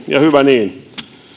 ja hyvä niin